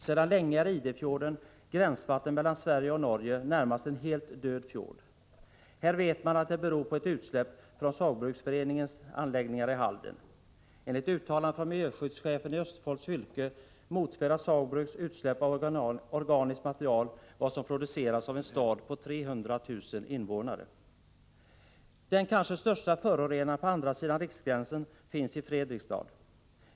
Sedan länge är Idefjorden, gränsvattnet mellan Sverige och Norge, närmast en helt död fjord. Här vet man att detta beror på utsläpp från Saugbrugsforeningens anläggningar i Halden. Enligt uttalande från miljöskyddschefen i Östfolds fylke motsvarar Saugbrugs utsläpp av organiskt material vad som ”produceras” av en stad på 300 000 invånare. Den kanske största förorenaren på andra sidan riksgränsen finns i Fredrikstad.